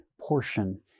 portion